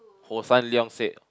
Hossan-Leong said